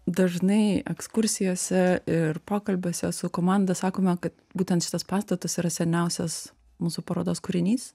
dažnai ekskursijose ir pokalbiuose su komanda sakome kad būtent šitas pastatas yra seniausias mūsų parodos kūrinys